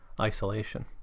isolation